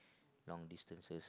long distances